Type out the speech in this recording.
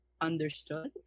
understood